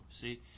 See